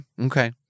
Okay